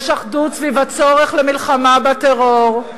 יש אחדות סביב הצורך במלחמה בטרור,